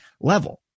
level